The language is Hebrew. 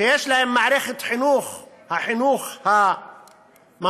שיש להם מערכת חינוך, החינוך הממלכתי-דתי